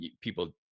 people